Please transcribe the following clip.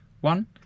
one